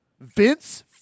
Vince